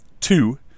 two